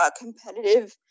competitive